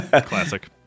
Classic